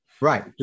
Right